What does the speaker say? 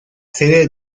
sede